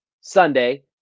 Sunday